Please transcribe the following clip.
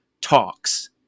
talks